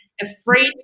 afraid